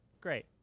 Great